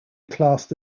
classed